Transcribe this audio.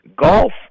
golf